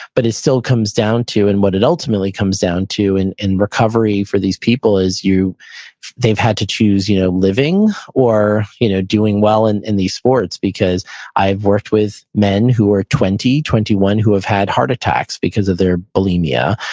but it still comes down to, and what it ultimately comes down to in in recovery for these people is they've had to choose you know living, or you know doing well and in these sports. because i've worked with men who are twenty, twenty one who have had heart attacks because of their bulimia.